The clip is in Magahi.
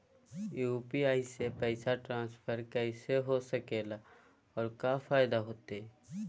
यू.पी.आई से पैसा ट्रांसफर कैसे हो सके ला और का फायदा होएत?